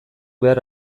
behar